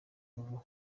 ubu